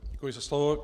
Děkuji za slovo.